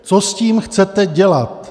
Co s tím chcete dělat?